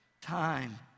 Time